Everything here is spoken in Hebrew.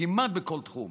כמעט בכל תחום: